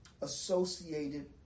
associated